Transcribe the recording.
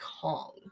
Kong